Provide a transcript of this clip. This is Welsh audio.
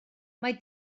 mae